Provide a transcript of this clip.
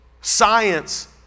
science